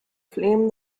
flame